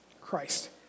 Christ